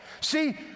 see